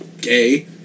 gay